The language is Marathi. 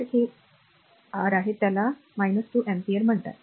तर हे आर आहे त्याला 2 अँपिअर म्हणा